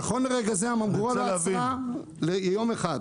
נכון לרגע זה הממגורה לא עצרה יום אחד.